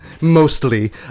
mostly